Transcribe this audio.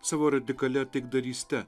savo radikalia taikdaryste